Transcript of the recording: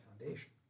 foundation